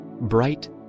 bright